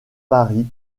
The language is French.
paris